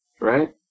Right